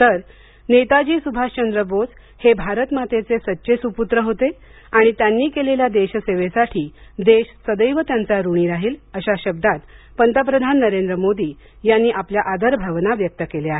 तर नेताजी सुभाषचंद्र बोस हे भारतमातेचे सच्चे सुपुत्र होते आणि त्यांनी केलेल्या देशसेवेसाठी देश सदैव त्यांचा ऋणी राहील अशा शब्दात पंतप्रधान नरेंद्र मोदी यांनी आपल्या आदरभावना व्यक्त केल्या आहेत